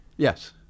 Yes